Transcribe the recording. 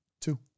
Two